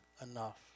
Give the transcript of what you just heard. enough